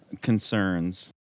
concerns